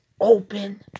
open